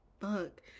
fuck